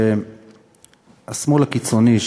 השמאל הקיצוני,